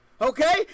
okay